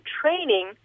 training